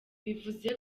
bivuze